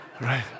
right